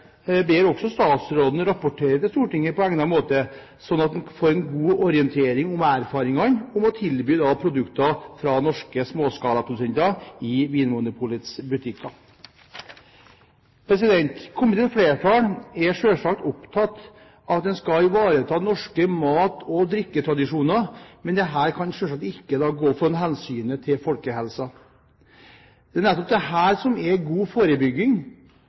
ber også statsråden rapportere til Stortinget på egnet måte, slik at en får en god orientering om erfaringene med å tilby produkter fra norske småskalaprodusenter i Vinmonopolets butikker. Komiteens flertall er selvsagt opptatt av at en skal ivareta norske mat- og drikketradisjoner, men dette kan selvsagt ikke gå foran hensynet til folkehelsen. Det er nettopp det som er god forebygging